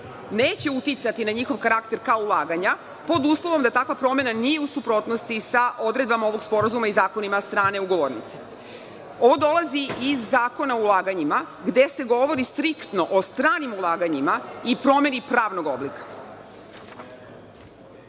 neće uticati na njihov karakter kao ulaganja pod uslovom da takva promena nije u suprotnosti sa odredbama ovog sporazuma i zakonima strane ugovornica. On dolazi iz Zakona o ulaganjima gde se govori striktno o stranim ulaganjima i promeni pravnog oblika. Predlog